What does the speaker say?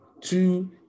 two